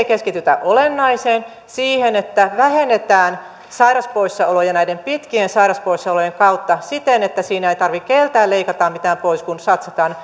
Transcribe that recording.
keskitytä olennaiseen siihen että vähennetään sairauspoissaoloja näiden pitkien sairauspoissaolojen kautta siten että siinä ei tarvitse keneltäkään leikata mitään pois kun satsataan